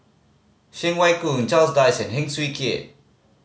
Cheng Wai Keung Charles Dyce and Heng Swee Keat